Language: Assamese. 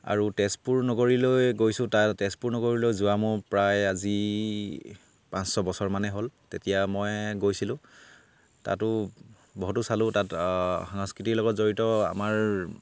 আৰু তেজপুৰ নগৰীলৈ গৈছোঁ তাত তেজপুৰ নগৰীলৈ যোৱা মোৰ প্ৰায় আজি পাঁচ ছবছৰমানে হ'ল তেতিয়া মই গৈছিলোঁ তাতো বহুতো চালোঁ তাত সাংস্কৃতিৰ লগত জড়িত আমাৰ